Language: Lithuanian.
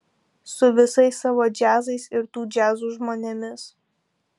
su visais savo džiazais ir tų džiazų žmonėmis